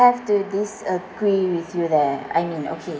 I have to disagree with you there I mean okay